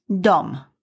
Dom